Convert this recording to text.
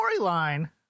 storyline